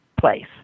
place